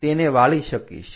તેને વાળી શકીશ